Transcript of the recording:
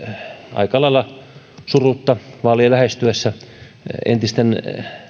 aika lailla surutta vaalien lähestyessä entisten